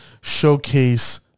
showcase